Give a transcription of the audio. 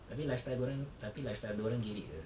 tapi lifestyle dia orang tapi lifestyle dia orang gerek [pe]